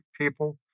people